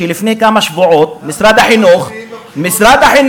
שלפני כמה שבועות משרד החינוך, למה